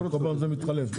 כל פעם זה מתחלף.